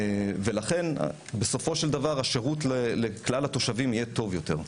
לכן בסופו של דבר השירות לכלל התושבים יהיה טוב יותר.